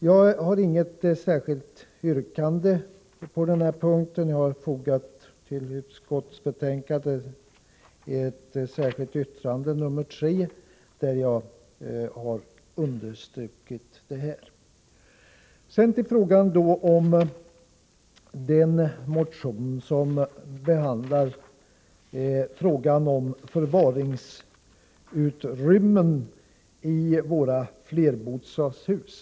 Jag har inte ställt något yrkande på denna punkt utan nöjt mig med att till betänkandet foga ett särskilt yttrande, nr 3, där jag har understrukit detta. I vpk-motionen 886 behandlas frågan om förvaringsutrymmen i våra flerbostadshus.